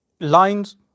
lines